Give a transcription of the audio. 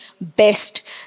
best